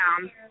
down